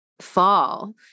fall